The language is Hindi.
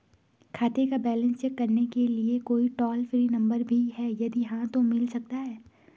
खाते का बैलेंस चेक करने के लिए कोई टॉल फ्री नम्बर भी है यदि हाँ तो मिल सकता है?